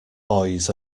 boys